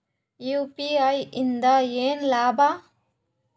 UPI ಇಂದ ಏನ್ ಲಾಭ?